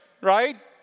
right